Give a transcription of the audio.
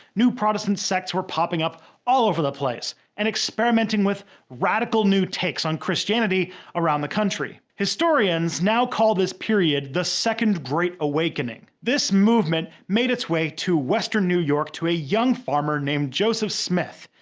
new protestant sects were popping up all over the place, and experimenting with radical new takes on christianity around the country. historians now call this period the second great awakening. this movement made its way to western new york to a young farmer named joseph smith.